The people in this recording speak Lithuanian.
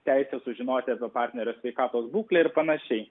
teisė sužinoti apie partnerio sveikatos būklę ir panašiai